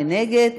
מי נגד?